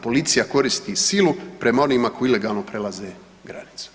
Policija koristi silu prema onima koji ilegalno prelaze granicu.